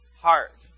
heart